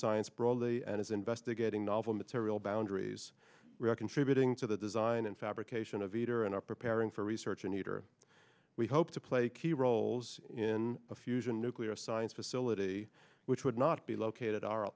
science broadly and is investigating novel material boundaries contributing to the design and fabrication of eater and are preparing for research and heater we hope to play a key roles in a fusion nuclear science facility which would not be located our